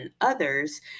others